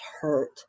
hurt